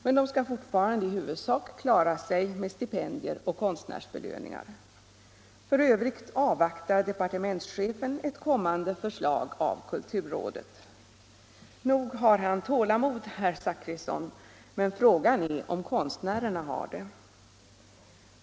Men de skall fortfarande i huvudsak klara sig med stipendier och konstnärsbelöningar. För övrigt avvaktar departementschefen ett kommande förslag av kulturrådet. Nog har han tålamod, herr Zachrisson, men frågan är om konstnärerna har det.